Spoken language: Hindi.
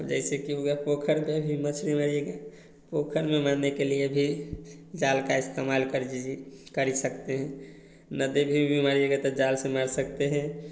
अब जैसे कि हो गया पोखर पर भी मछली मारी गई पोखर में मारने के लिए भी जाल का इस्तेमाल कर जी जी कर ही सकते हैं नदी भी भी मारिएगा तो त जाल से मार सकते हैं